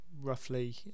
roughly